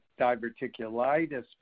diverticulitis